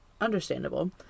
understandable